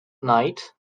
knight